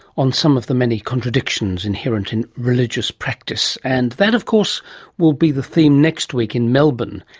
on some of the many contradictions inherent in religious practice. and that, of course will be the theme next week in melbourne,